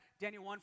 Daniel